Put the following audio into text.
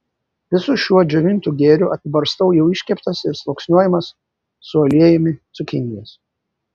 visu šiuo džiovintu gėriu apibarstau jau iškeptas ir sluoksniuojamas su aliejumi cukinijas